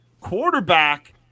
quarterback